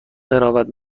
قرابت